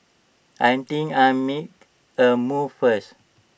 I think I'll make A move first